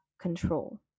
control